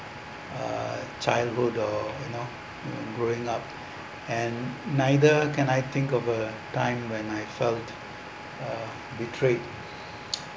uh childhood or you know growing up and neither can I think of a time when I felt uh betrayed